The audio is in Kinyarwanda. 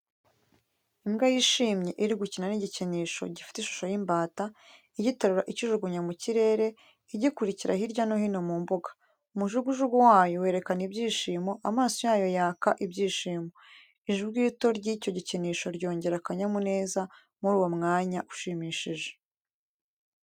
Imbwa yishimye iri gukina n’igikinisho, gifite ishusho y’imbata, igiterura ikijugunya mu kirere, igikurikira hirya no hino mu mbuga. Umujugujugu wayo werekana ibyishimo, amaso yayo yaka ibyishimo. Ijwi rito ry’icyo gikinisho ryongera akanyamuneza muri uwo mwanya ushimishije.